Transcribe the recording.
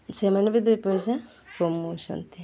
ସେମାନେ ବି ଦୁଇ ପଇସା କମାଉଛନ୍ତି